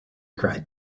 cried